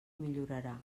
millorarà